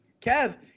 Kev